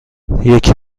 یکی